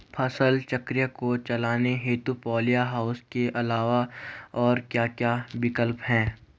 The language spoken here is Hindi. फसल चक्र को चलाने हेतु पॉली हाउस के अलावा और क्या क्या विकल्प हैं?